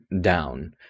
down